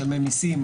משלמי מיסים,